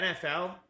NFL